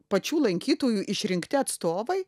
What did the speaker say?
pačių lankytojų išrinkti atstovai